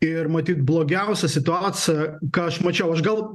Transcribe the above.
ir matyt blogiausia situacija ką aš mačiau aš gal